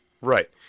Right